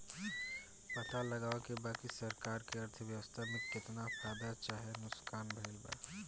पता लगावे के बा की सरकार के अर्थव्यवस्था में केतना फायदा चाहे नुकसान भइल बा